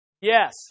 Yes